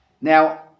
Now